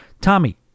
Tommy